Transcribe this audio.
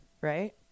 right